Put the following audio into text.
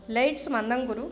lights मन्दं गुरु